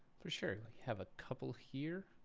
for sure. we have a couple here.